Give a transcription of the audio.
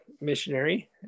missionary